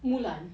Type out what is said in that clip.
mulan